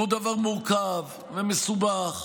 והוא דבר מורכב ומסובך.